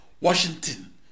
washington